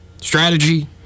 strategy